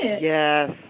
yes